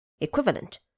equivalent